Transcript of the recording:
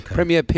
Premier